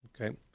Okay